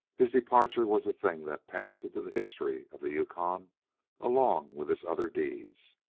his departure was a thing that passed into the history of the yukon along with his other deeds.